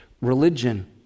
religion